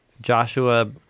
Joshua